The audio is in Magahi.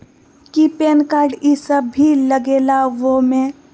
कि पैन कार्ड इ सब भी लगेगा वो में?